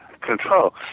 control